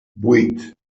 vuit